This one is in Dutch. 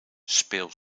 speel